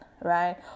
right